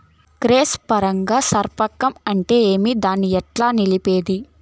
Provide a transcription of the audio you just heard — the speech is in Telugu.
క్రాస్ పరాగ సంపర్కం అంటే ఏమి? దాన్ని ఎట్లా నిలిపేది?